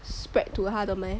spread to 他的咩